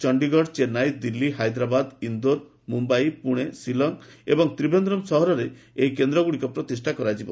ଚଣ୍ଡୀଗଡ଼ ଚେନ୍ନାଇ ଦିଲ୍ଲୀ ହାଇଦ୍ରାବାଦ ଇନ୍ଦୋର ମୁମ୍ବାଇ ପୁଣେ ସିଲ ଏବଂ ତ୍ରିଭେନ୍ଦ୍ରମ ସହରରେ ଏହି କେନ୍ଦ୍ରଗୁଡ଼ିକ ପ୍ରତିଷ୍ଠା କରାଯିବ